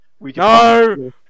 No